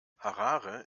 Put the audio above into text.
harare